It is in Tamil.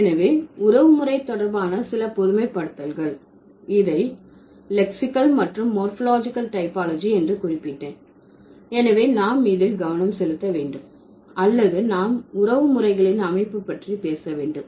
எனவே உறவு முறை தொடர்பான சில பொதுமைப்படுத்தல்கள் இதை லெக்ஸிகல் மற்றும் மோர்பாலஜிகல் டைபாலஜி என்று குறிப்பிட்டேன் எனவே நாம் இதில் கவனம் செலுத்த வேண்டும் அல்லது நாம் உறவு முறைகளின் அமைப்பு பற்றி பேச வேண்டும்